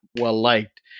well-liked